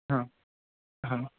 ह ह